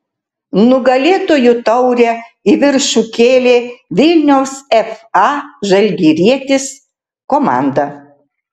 nugalėtojų taurę į viršų kėlė vilniaus fa žalgirietis komanda